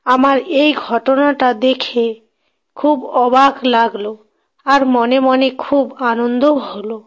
আমার এই ঘটনাটা দেখে খুব অবাক লাগলো আর মনে মনে খুব আনন্দও হলো